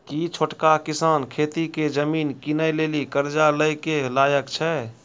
कि छोटका किसान खेती के जमीन किनै लेली कर्जा लै के लायक छै?